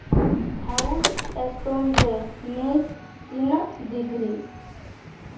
house Stone ᱨᱮ ᱱᱤᱛ ᱛᱤᱱᱟᱹᱜ ᱰᱤᱜᱽᱨᱤ